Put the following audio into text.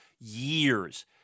years